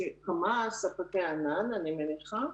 כמובן, ספקי ענן, אני מניחה,